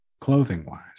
clothing-wise